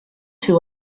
too